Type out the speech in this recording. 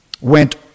went